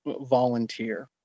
volunteer